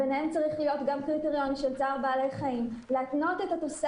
והכל אם שיעור המגדלים החדשים שייצרו באותו הלול לא יפחת